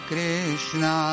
Krishna